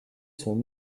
son